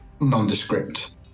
nondescript